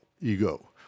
ego